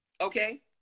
okay